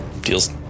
deals